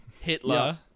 Hitler